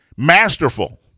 masterful